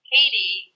Katie